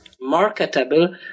marketable